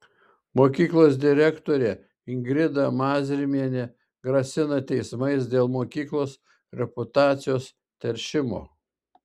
mokyklos direktorė ingrida mazrimienė grasina teismais dėl mokyklos reputacijos teršimo